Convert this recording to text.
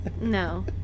No